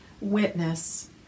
witness